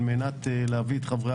יחד איתנו על מנת להביא למינוי חברי